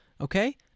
okay